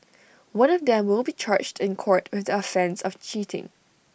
one of them will be charged in court with the offence of cheating